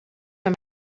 from